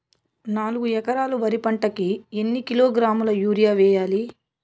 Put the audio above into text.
నాలుగు ఎకరాలు వరి పంటకి ఎన్ని కిలోగ్రాముల యూరియ వేయాలి?